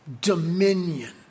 dominion